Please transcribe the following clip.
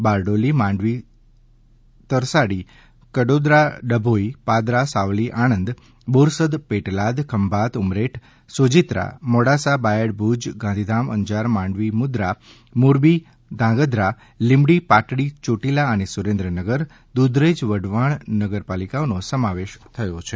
બારડોલી માંડવી તરસાડી કડોદરા દભોઈ પાદરા સાવલી આણંદ બોરસદ પેટલાદ ખંભાત ઉમરેઠ સોજીતરા મોડાસા બાયડ ભુજ ગાંધીધામ અંજાર માંડવી મુંદ્રા મોરબી ધ્રાંગધ્રા લીંબડી પાટડી ચોટીલા અને સુરેન્દ્રનગર દૂધરેજ વઢવાણ નગરપાલિકાનો સમાવેશ થાય છે